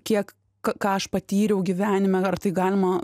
kiek ką ką aš patyriau gyvenime ar tai galima